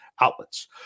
outlets